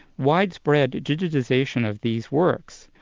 widespread digitisation of these works,